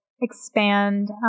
expand